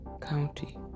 County